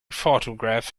photograph